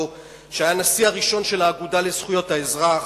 שהיה הנשיא הראשון של האגודה לזכויות האזרח.